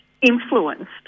influenced